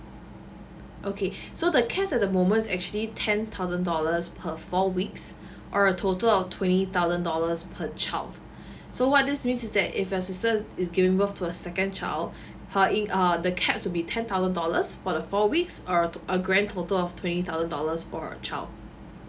okay so the caps at the moment is actually ten thousand dollars per four weeks or a total of twenty thousand dollars per child so what this means is that if your sister is giving birth to a second child her inc~ her the caps would be ten thousand dollars for the four weeks or a grand total of twenty thousand dollars for a child